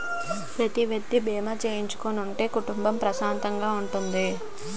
ప్రతి వ్యక్తి బీమా చేయించుకుని ఉంటే కుటుంబం ప్రశాంతంగా ఉంటుంది